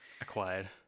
acquired